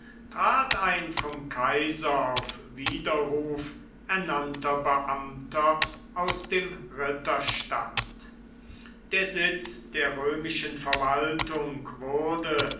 trat ein vom kaiser auf widerruf ernannter beamter aus dem ritterstand der sitz der römischen verwaltung wurde